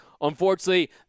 Unfortunately